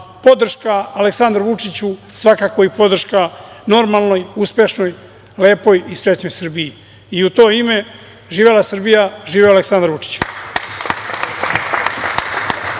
podrška Aleksandru Vučiću svakako je podrška normalnoj, uspešnoj, lepoj i srećnoj Srbiji. U to ime živela Srbija, živeo Aleksandar Vučić.